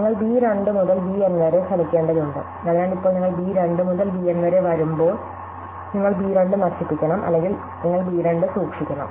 നിങ്ങൾ ബി 2 മുതൽ B N വരെ ശ്രമിക്കേണ്ടതുണ്ട് അതിനാൽ ഇപ്പോൾ നിങ്ങൾ b 2 മുതൽ b N വരെ വരുമ്പോൾ നിങ്ങൾ b 2 നശിപ്പിക്കണം അല്ലെങ്കിൽ നിങ്ങൾ b 2 സൂക്ഷിക്കണം